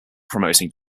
promoting